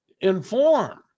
inform